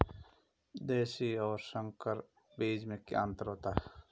देशी और संकर बीज में क्या अंतर है?